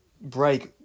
break